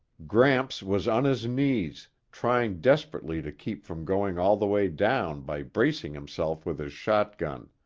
gramps was on his knees, trying desperately to keep from going all the way down by bracing himself with his shotgun.